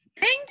Thank